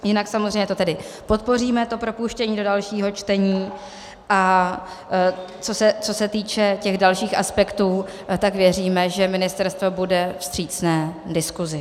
Jinak samozřejmě to tedy podpoříme, to propouštění do dalšího čtení, a co se týče těch dalších aspektů, tak věříme, že ministerstvo bude vstřícné k diskusi.